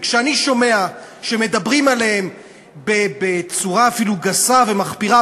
וכשאני שומע שמדברים עליהם בצורה אפילו גסה ומחפירה,